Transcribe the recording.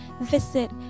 Visit